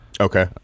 Okay